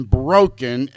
broken